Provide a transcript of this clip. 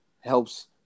helps